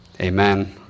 amen